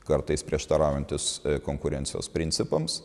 kartais prieštaraujantis konkurencijos principams